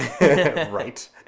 Right